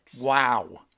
Wow